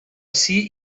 ací